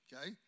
okay